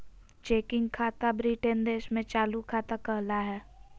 checking खाता Britain देश में चालू खाता कहला हय